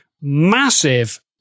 massive